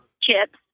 Chips